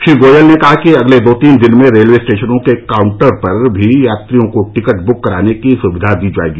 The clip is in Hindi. श्री गोयल ने कहा कि अगले दो तीन दिन में रेलवे स्टेशनों के काउंटर पर भी यात्रियों को टिकट बुक कराने की सुविधा दी जाएगी